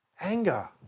anger